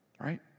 Right